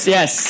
Yes